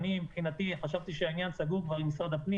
מבחינתי חשבתי שהעניין סגור כבר עם משרד הפנים